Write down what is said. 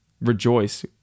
rejoice